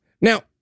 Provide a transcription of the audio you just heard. Now